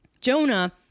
Jonah